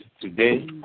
today